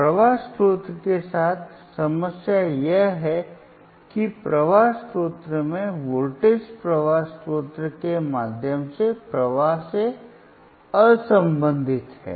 प्रवाह स्रोत के साथ समस्या यह है कि प्रवाह स्रोत में वोल्टेज प्रवाह स्रोत के माध्यम से प्रवाह से असंबंधित है